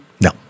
No